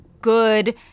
good